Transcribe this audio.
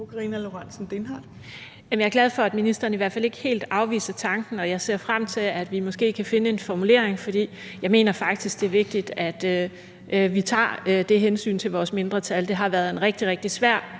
Jeg er glad for, at ministeren i hvert fald ikke helt afviser tanken, og jeg ser frem til, at vi måske kan finde en formulering. For jeg mener faktisk, det er vigtigt, at vi tager det hensyn til vores mindretal. Det har været en rigtig,